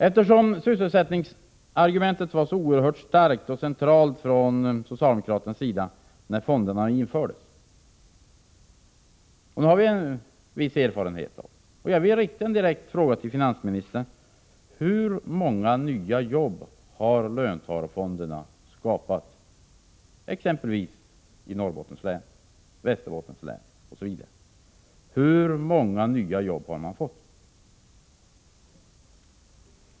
Eftersom sysselsättningsargumentet var så oerhört starkt och centralt från socialdemokraternas sida när fonderna infördes — och det har vi nu en viss erfarenhet av — vill jag rikta en direkt fråga till finansministern: Hur många nya jobb har löntagarfonderna skapat exempelvis i Norrbottens och Västerbottens län?